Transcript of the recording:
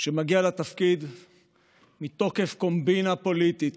שמגיע לתפקיד מתוקף קומבינה פוליטית,